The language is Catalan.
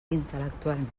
intel·lectualment